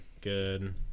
good